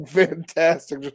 fantastic